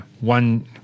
one